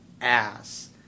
ass